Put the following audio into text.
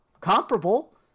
comparable